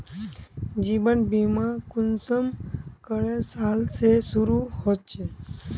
जीवन बीमा कुंसम करे साल से शुरू होचए?